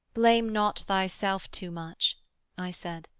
blame not thyself too much i said,